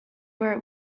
where